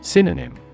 Synonym